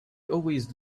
always